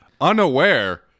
unaware